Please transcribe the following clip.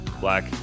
Black